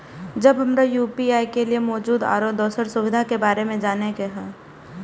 जब हमरा यू.पी.आई के लिये मौजूद आरो दोसर सुविधा के बारे में जाने के होय?